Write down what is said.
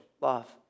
love